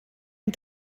and